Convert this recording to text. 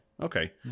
okay